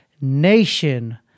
nation